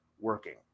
working